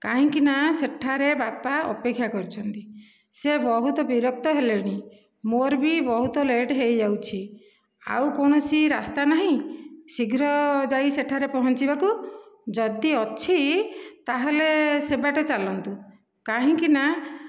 କାହିଁକି ନା ସେଠାରେ ବାପା ଅପେକ୍ଷା କରିଛନ୍ତି ସେ ବହୁତ ବିରକ୍ତ ହେଲେଣି ମୋର ବି ବହୁତ ଲେଟ ହୋଇଯାଉଛି ଆଉ କୌଣସି ରାସ୍ତା ନାହିଁ ଶୀଘ୍ର ଯାଇ ସେଠାରେ ପହଞ୍ଚିବାକୁ ଯଦି ଅଛି ତାହେଲେ ସେବାଟେ ଚାଲନ୍ତୁ କାହିଁକି ନା